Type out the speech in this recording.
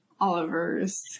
Oliver's